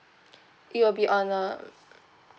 it will be on a